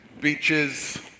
beaches